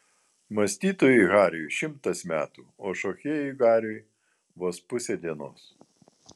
mąstytojui hariui šimtas metų o šokėjui hariui vos pusė dienos